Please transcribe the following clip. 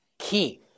key